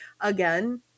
again